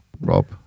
Rob